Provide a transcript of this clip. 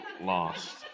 lost